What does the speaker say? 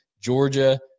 georgia